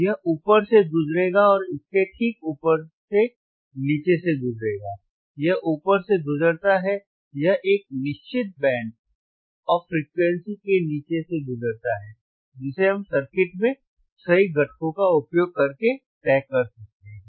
यह ऊपर से गुजरेगा और इसके ठीक ऊपर से नीचे से गुजरेगा यह ऊपर से गुजरता है यह एक निश्चित बैंड ऑफ फ्रीक्वेंसी के नीचे से गुजरता है जिसे हम सर्किट में सही घटकों का उपयोग करके तय कर सकते हैं